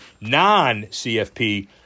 non-CFP